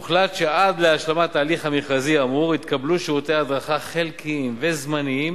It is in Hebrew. הוחלט שעד להשלמת ההליך המכרזי האמור יתקבלו שירותי הדרכה חלקיים וזמניים